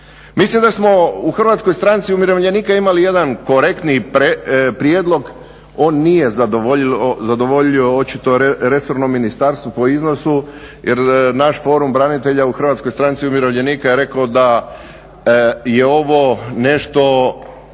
Mislim da smo u Hrvatskoj stranci umirovljenika imali jedan korektni prijedlog, on nije zadovoljio očito resornom ministarstvu po iznosu jer naš forum branitelja u Hrvatskoj stranci umirovljenika je rekao da je ovo nešto